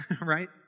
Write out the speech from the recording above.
right